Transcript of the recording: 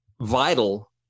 vital